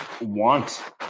want –